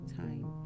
time